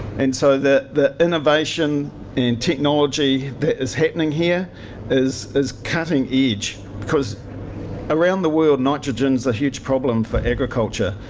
and so the the innovation and technology that is happening here is is cutting edge. because around the world, nitrogen is a huge problem for agriculture.